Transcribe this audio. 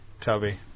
Tubby